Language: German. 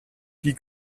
die